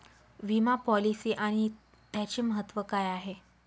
विमा पॉलिसी आणि त्याचे महत्व काय आहे?